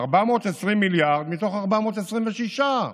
של 420 מיליארד מתוך 426,